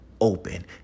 open